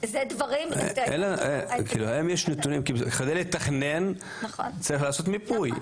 כדי לתכנן צריך לעשות מיפוי.